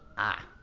ah.